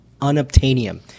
unobtainium